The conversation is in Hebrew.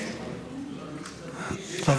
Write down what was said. ששש.